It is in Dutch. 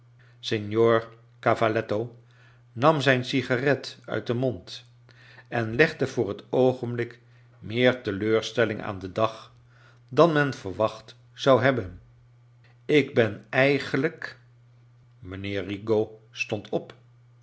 signor cavalletto nam zijn sigaret uit den moud en legde voor het oogenblik meer teleurstelling aan den dag dan men verwacht zou hebben ik ben eigeniijk mij nh ear hi gaud stond op